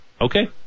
Okay